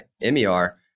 MER